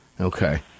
Okay